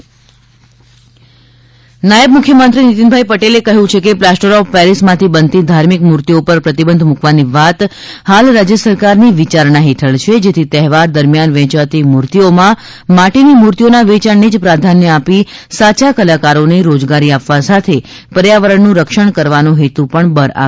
માટીકામ પ્રદર્શન નાયબ મુખ્યમંત્રી નાયબ મુખ્યમંત્રી નિતિનભાઈ પટેલે કહ્યું છે કે પ્લાસ્ટર ઓફ પેરિસ માથી બનતી ધાર્મિક મૂર્તિઓ પર પ્રતિબંધ મૂકવાની વાત હાલ રાજય સરકારની વિયારણા હેઠળ છે જેથી તહેવાર દરમિયાન વેયાતી મૂર્તિઓમાં માટીની મૂર્તિઓના વેચાણને જ પ્રાધાન્ય આપી સાચા કલાકારો ને રોજગારી આપવા સાથે પર્યાવારણનું રક્ષણ કરવાનો હેતુ પણ બર આવે